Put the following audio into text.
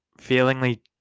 feelingly